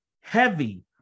Heavy